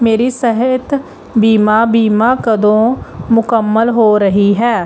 ਮੇਰੀ ਸਿਹਤ ਬੀਮਾ ਬੀਮਾ ਕਦੋਂ ਮੁਕੰਮਲ ਹੋ ਰਹੀ ਹੈ